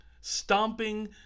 Stomping